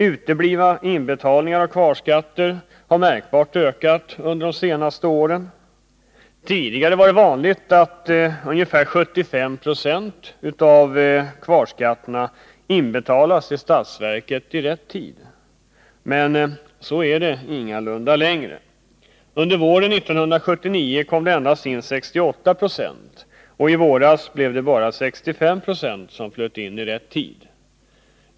Uteblivna inbetalningar av kvarskatt har märkbart ökat under de senaste åren. Tidigare var det vanligt att ungefär 75 96 av kvarskatterna inbetalades till statsverket i rätt tid. Men så är det ingalunda längre. Under våren 1979 kom det in endast 68 96 av kvarskatterna, och i våras blev det bara 65 96 som flöt in i rätt tid.